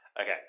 Okay